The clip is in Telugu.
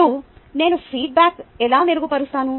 ఇప్పుడు నేను ఫీడ్బ్యాక్ ఎలా మెరుగుపరుస్తాను